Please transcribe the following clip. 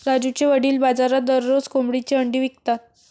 राजूचे वडील बाजारात दररोज कोंबडीची अंडी विकतात